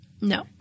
No